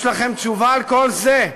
יש לכם תשובה על כל זה?